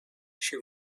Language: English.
she